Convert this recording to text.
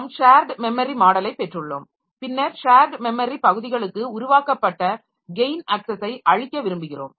நாம் shared memory மாடலைப் பெற்றுள்ளோம் பின்னர் ஷேர்ட் மெமரி பகுதிகளுக்கு உருவாக்கப்பட்ட கெயின் அக்ஸஸை அழிக்க விரும்புகிறோம்